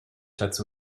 dazu